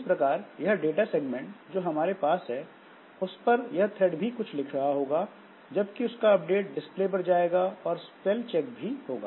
इस प्रकार यह डाटा सेगमेंट जो हमारे पास है उस पर यह थ्रेड भी कुछ लिख रहा होगा जबकि उसका अपडेट डिस्प्ले पर जाएगा और स्पेल चेक भी होगा